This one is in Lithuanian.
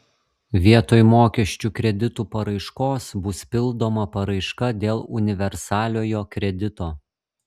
vietoj mokesčių kreditų paraiškos bus pildoma paraiška dėl universaliojo kredito